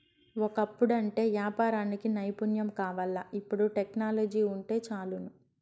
ఒకప్పుడంటే యాపారానికి నైపుణ్యం కావాల్ల, ఇపుడు టెక్నాలజీ వుంటే చాలును